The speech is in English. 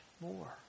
more